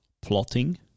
plotting